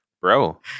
Bro